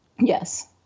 Yes